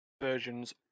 versions